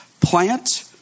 Plant